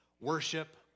worship